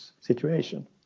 situation